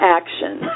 action